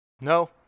No